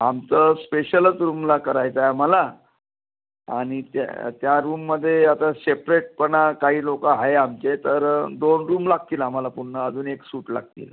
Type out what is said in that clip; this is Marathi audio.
आमचं स्पेशलच रूमला करायचा आहे आम्हाला आणि त्या त्या रूममध्ये आता शेपरेट पणा काही लोक आहे आमचे तर दोन रूम लागतील आम्हाला पुन्हा अजून एक सूट लागतील